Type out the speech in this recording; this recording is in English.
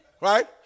right